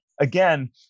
again